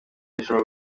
bishobora